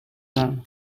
them